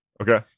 okay